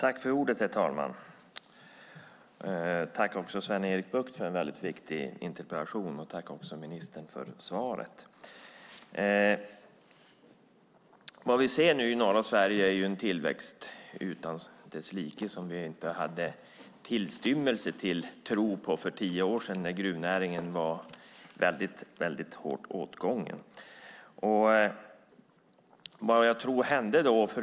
Herr talman! Jag tackar Sven-Erik Bucht för en viktig interpellation och ministern för svaret. Vi ser i norra Sverige en tillväxt utan dess like och som vi inte hade tillstymmelse till tro på för tio år sedan när gruvnäringen var hårt åtgången.